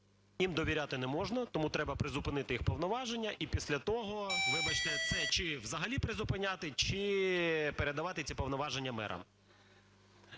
їм довіряти не можна, тому треба призупинити їх повноваження і після того, вибачте, це чи взагалі призупиняти, чи передавати ці повноваження мерам.